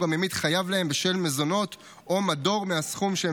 הממית חייב להם בשל מזונות או מדור מהסכום שהם